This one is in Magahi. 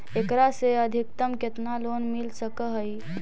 एकरा से अधिकतम केतना लोन मिल सक हइ?